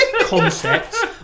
Concepts